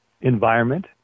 environment